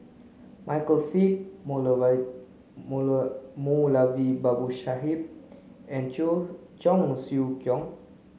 Michael Seet Moulavi Babu Sahib and Cheong Siew Keong